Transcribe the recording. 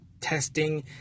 testing